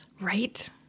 right